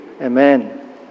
Amen